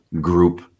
group